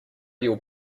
your